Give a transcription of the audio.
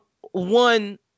one